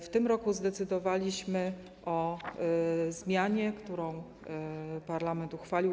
W tym roku zdecydowaliśmy o zmianie, którą parlament uchwalił.